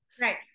Right